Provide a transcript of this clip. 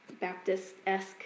Baptist-esque